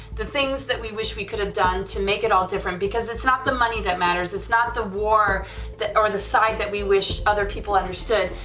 the things that we wish we could have done to make it all different because it's not the money that matters, it's not the war or the side that we wish other people understood,